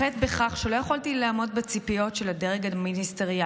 החטא בכך שלא יכולתי לעמוד בציפיות של הדרג המיניסטריאלי,